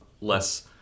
less